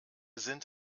sind